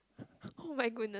[oh]-my-goodness